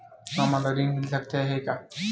हमन ला ऋण मिल सकत हे का?